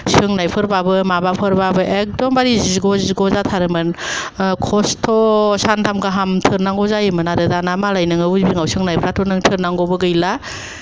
सोंनायफोरबाबो माबाफोरबाबो एखदामबारे जिग' जिग' जाथारोमोन खस्थ सानथाम गाहाम थोरनांगौ जायोमोन आरो दाना मालाय नोङो अयबिं आव सोंनायफ्राथ' नों थोरनांगौबो गैला